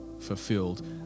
fulfilled